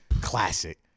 classic